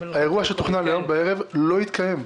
"האירוע שתוכנן להיום בערב לא יתקיים".